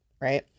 right